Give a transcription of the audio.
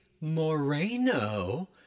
Moreno